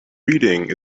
reading